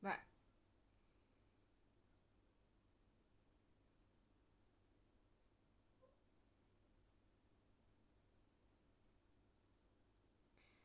right